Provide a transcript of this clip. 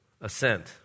assent